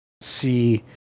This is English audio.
see